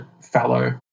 fallow